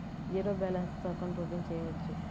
Zero balance తో account open చేయవచ్చు?